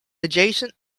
adjacent